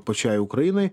pačiai ukrainai